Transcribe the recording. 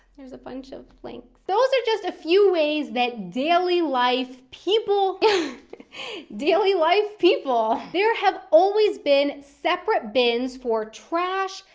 there's a bunch of links. those are just a few ways that daily life people. yeah daily life people! there have always been separate bins for trash,